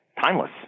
timeless